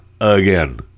again